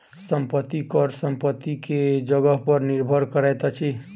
संपत्ति कर संपत्ति के जगह पर निर्भर करैत अछि